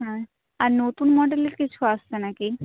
হুম আর নতুন মডেলের কিছু আসবে নাকি